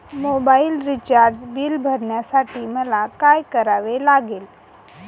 Mobile recharge bill भरण्यासाठी मला काय करावे लागेल?